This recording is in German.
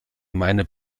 meine